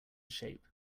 shape